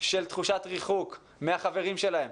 של תחושת ריחוק מהחברים שלהם,